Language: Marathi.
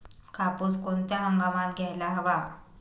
कापूस कोणत्या हंगामात घ्यायला हवा?